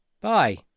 bye